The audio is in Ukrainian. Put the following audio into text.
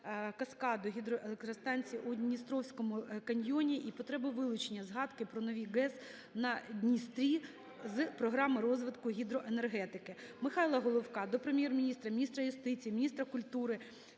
каскаду гідроелектростанцій у Дністровському каньйоні і потребу вилучення згадки про нові ГЕС на Дністрі з Програми розвитку гідроенергетики. Михайла Головка до Прем'єр-міністра, міністра юстиції, міністра культури